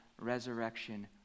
resurrection